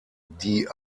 die